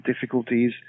difficulties